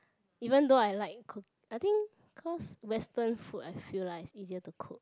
even though I like cook I think cause Western food I feel like it's easier to cook